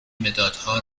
مدادها